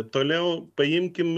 toliau paimkim